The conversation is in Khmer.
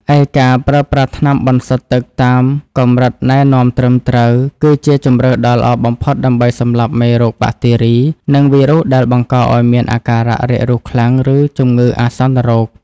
ឯការប្រើប្រាស់ថ្នាំបន្សុទ្ធទឹកតាមកម្រិតណែនាំត្រឹមត្រូវ គឺជាជម្រើសដ៏ល្អបំផុតដើម្បីសម្លាប់មេរោគបាក់តេរី និងវីរុសដែលបង្កឱ្យមានអាការៈរាករូសខ្លាំង ឬជំងឺអាសន្នរោគ។